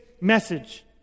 message